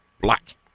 black